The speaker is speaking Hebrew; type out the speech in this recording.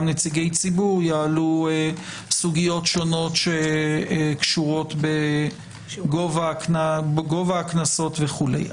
נציגי ציבור יעלו סוגיות שונות שקשורות בגובה הקנסות וכולי.